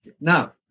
Now